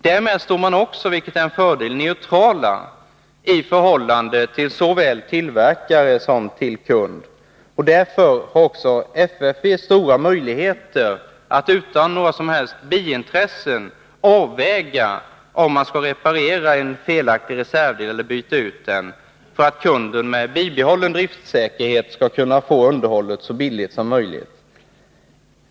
Därmed står man också, vilket är FFV också stora mojugneter att utan några som helst buntressen avväga om man skall reparera en felaktig reservdel eller byta ut den, för att kunden med bibehållen driftsäkerhet skall kunna få underhållet så billigt som möjligt.